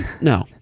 No